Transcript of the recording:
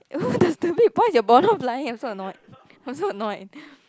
oh does the B why the ball not flying so annoyed I'm so annoyed